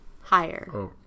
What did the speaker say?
Higher